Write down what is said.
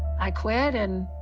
i quit and